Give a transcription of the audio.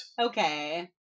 Okay